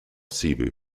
cebu